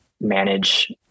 manage